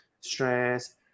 stress